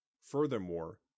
Furthermore